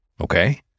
Okay